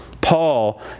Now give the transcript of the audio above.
Paul